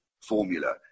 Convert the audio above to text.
formula